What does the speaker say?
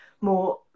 more